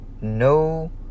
no